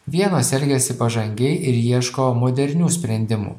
vienos elgiasi pažangiai ir ieško modernių sprendimų